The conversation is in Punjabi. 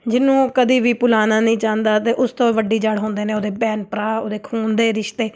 ਜਿਹਨੂੰ ਉਹ ਕਦੀ ਵੀ ਭੁਲਾਨਾ ਨਹੀਂ ਚਾਹੁੰਦਾ ਅਤੇ ਉਸ ਤੋਂ ਵੱਡੀ ਜੜ੍ਹ ਹੁੰਦੇ ਨੇ ਉਹਦੇ ਭੈਣ ਭਰਾ ਉਹਦੇ ਖੂਨ ਦੇ ਰਿਸ਼ਤੇ